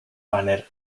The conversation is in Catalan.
bàner